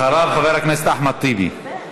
אחריו, חבר הכנסת אחמד טיבי.